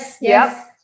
yes